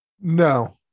No